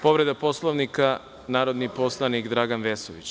Povreda Poslovnika, narodni poslanik Dragan Vesović.